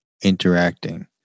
interacting